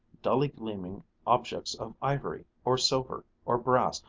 dully gleaming objects of ivory, or silver, or brass,